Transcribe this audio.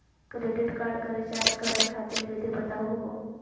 Credit card क recharge करै खातिर विधि बताहु हो?